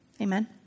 Amen